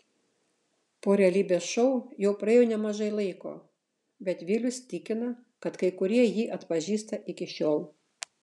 po realybės šou jau praėjo nemažai laiko bet vilius tikina kad kai kurie jį atpažįsta iki šiol